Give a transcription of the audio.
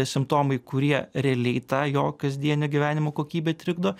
simptomai kurie realiai tą jo kasdienio gyvenimo kokybę trikdo